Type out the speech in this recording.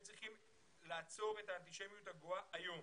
הן צריכות לעצור את האנטישמיות הגואה היום